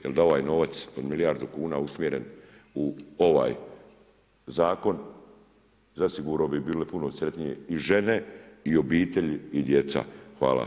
Jer da ovaj novac od milijardu kuna usmjeren u ovaj zakon, zasigurno bi bile puno sretnije i žene i obitelji i djeca.